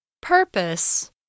Purpose